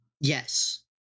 Yes